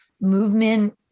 movement